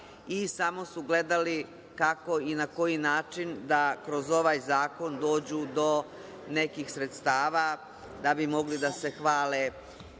i samo su gledali kako i na koji način da kroz ovaj zakon dođu do nekih sredstava da bi mogli da se hvale